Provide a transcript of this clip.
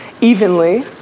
evenly